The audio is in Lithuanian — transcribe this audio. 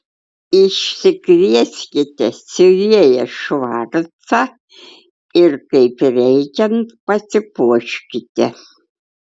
išsikvieskite siuvėją švarcą ir kaip reikiant pasipuoškite